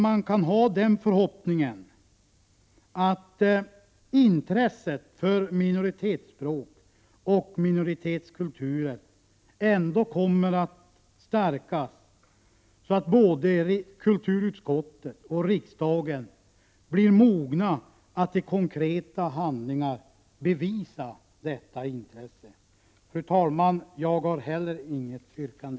Man kan ha förhoppningen att intresset för minoritetsfrågor och minoritetskulturer kommer att förstärkas, så att både kulturutskottet och riksdagen blir mogna att i konkret handling bevisa detta intresse. Fru talman! Inte heller jag har något yrkande.